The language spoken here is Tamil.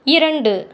இரண்டு